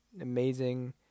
amazing